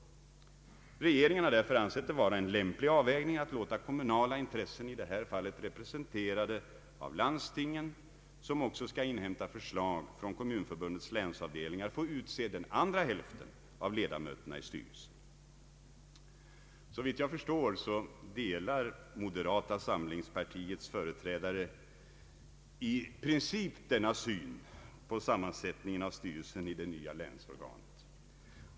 Regeringen har därför ansett det vara en lämplig avvägning att låta kommunala intressen, i detta fall representerade av landstingen som också skall inhämta förslag från kommunförbundets länsavdelningar, få utse den andra hälften av ledamöterna i styrelsen. Såvitt jag förstår delar moderata samlingspartiets företrädare i princip regeringens syn på sammansättningen av styrelsen i det nya länsorganet.